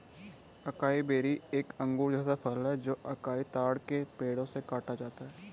acai berry एक अंगूर जैसा फल है जो अकाई ताड़ के पेड़ों से काटा जाता है